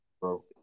bro